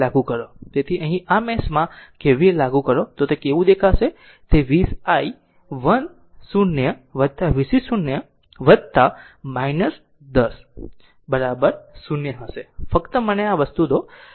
તેથી અહીં જો આ મેશમાં KVL લાગુ કરો તો તે કેવું લાગશે તે 20 i 1 0 vc 0 10 0 હશે ફક્ત મને આ વસ્તુ દો